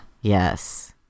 Yes